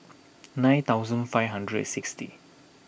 nine thousand five hundred and sixty